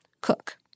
cook